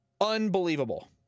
unbelievable